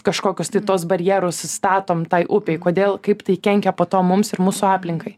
kažkokius tai tuos barjerus statom tai upei kodėl kaip tai kenkia po to mums ir mūsų aplinkai